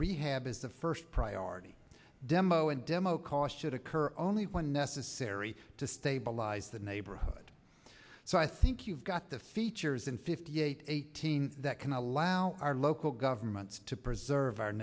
rehab is the first priority demo and demo costs should occur only when necessary to stabilize the neighborhood so i think you've got the features in fifty eight eighteen that can allow our local governments to preserve our